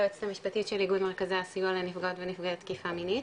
היועצת המשפטית של איגוד מרכזי הסיוע לנפגעות ונפגעי תקיפה מינית.